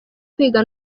kwiga